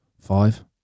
Five